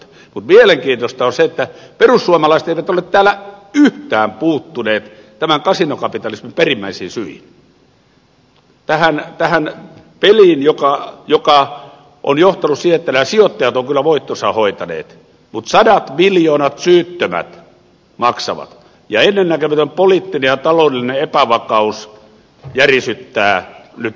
mutta mielenkiintoista on se että perussuomalaiset eivät ole täällä yhtään puuttuneet tämän kasinokapitalismin perimmäisiin syihin tähän peliin joka on johtanut siihen että nämä sijoittajat ovat kyllä voittonsa hoitaneet mutta sadat miljoonat syyttömät maksavat ja ennennäkemätön poliittinen ja taloudellinen epävakaus järisyttää nyt perustaa